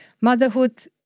motherhood